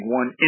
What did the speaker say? one